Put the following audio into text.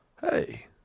Hey